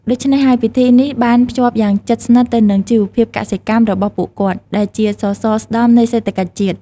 ដូច្នេះហើយ ពិធីនេះបានភ្ជាប់យ៉ាងជិតស្និទ្ធទៅនឹងជីវភាពកសិកម្មរបស់ពួកគាត់ ដែលជាសសរស្តម្ភនៃសេដ្ឋកិច្ចជាតិ។